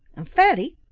and fatty,